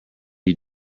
you